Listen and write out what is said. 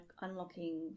unlocking